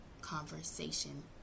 conversation